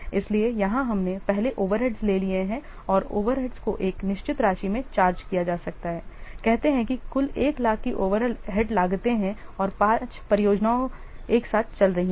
इसलिए यहां हमने पहले ओवरहेड्स ले लिए हैं और ओवरहेड्स को एक निश्चित राशि में चार्ज किया जा सकता है कहते हैं कि कुल 1 लाख की ओवरहेड लागतें हैं और 5 परियोजनाएं एक साथ चल रही हैं